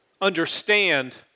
understand